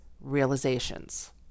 realizations